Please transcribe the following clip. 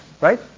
right